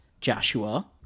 joshua